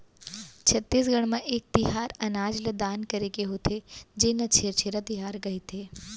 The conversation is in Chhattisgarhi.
छत्तीसगढ़ म एक तिहार अनाज ल दान करे के होथे जेन ल छेरछेरा तिहार कहिथे